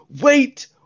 wait